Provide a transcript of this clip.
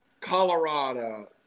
Colorado